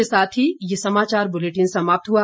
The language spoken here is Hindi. इसी के साथ ये समाचार बुलेटिन समाप्त हुआ